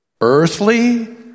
earthly